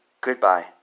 Goodbye